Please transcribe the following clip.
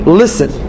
listen